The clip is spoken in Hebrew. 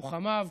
לוחמיו,